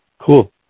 Cool